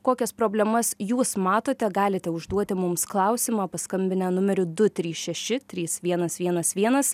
kokias problemas jūs matote galite užduoti mums klausimą paskambinę numeriu du trys šeši trys vienas vienas vienas